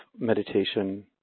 meditation